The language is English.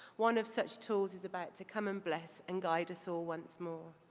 one of such tools is about to come and bless and guide us all once more.